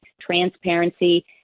transparency